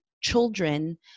children